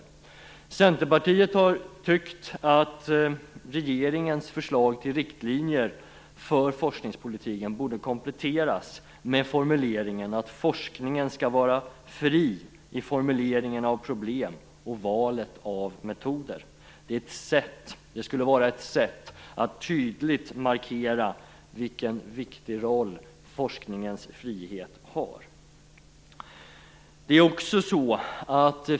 Vi i Centerpartiet har tyckt att regeringens förslag till riktlinjer för forskningspolitiken borde kompletteras med skrivningen att forskningen skall vara fri i formuleringen av problem och valet av metoder. Det skulle vara ett sätt att tydligt markera vilken viktig roll forskningens frihet har.